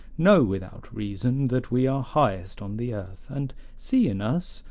know without reason that we are highest on the earth, and see in us,